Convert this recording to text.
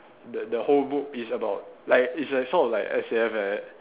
the the whole book is about like it's like sort like S_A_F like that